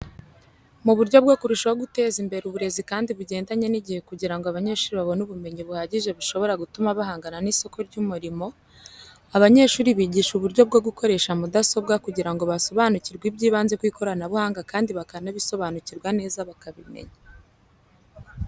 Mu buryo bwo kurushaho guteza imbere imbere uburezi kandi bugendanye n'igihe kugirango abanyeshuri babone ubumenyi buhagije bushobora gutuma bahangana n'isoko ry'umurimo. Abanyeshuri bigishwa uburyo bwo gukoresha mudasobwa kugirango basobanukirwe iby'ibanze ku ikoranabuhanga kandi bakabisobanukirwa neza bakabimenya.